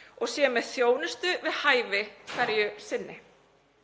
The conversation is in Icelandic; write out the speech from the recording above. og séum með þjónustu við hæfi hverju sinni.